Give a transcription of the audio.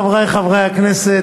חברי חברי הכנסת,